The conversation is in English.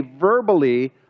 verbally